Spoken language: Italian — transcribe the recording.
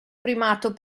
primato